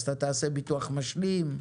אז אתה תעשה ביטוח משלים,